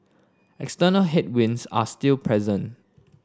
external headwinds are still present